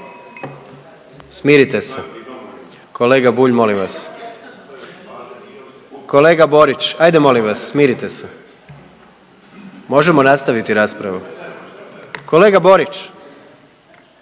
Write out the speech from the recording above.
Smirite se! Kolega Bulj molim vas. Kolega Borić, hajde molim vas smirite se. Možemo nastaviti raspravu? Kolega Borić